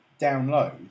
download